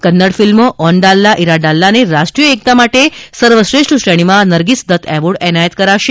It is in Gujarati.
કન્નડ ફિલ્મ ઓનડાલ્લા ઇરાડાલ્લા ને રાષ્ટ્રીય એકતા માટે સર્વશ્રેષ્ઠ શ્રેણીમાં નરગીસ દત્ત એવોર્ડ એનાયત કરાશે